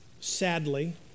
Sadly